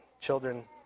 children